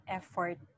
effort